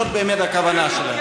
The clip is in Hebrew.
זאת הכוונה שלו.